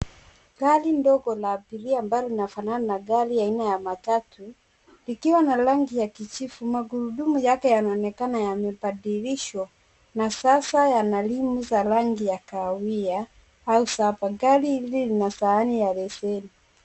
Gari ndogo la abiria ambalo linafanana na gari aina ya matatu, likiwa na rangi ya kijivu. Magurudumu yake yanaonekana yamebadilishwa na sasa yana rimu za rangi ya kahawia au shaba. Gari hili lina sahani ya leseni.